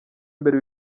imbere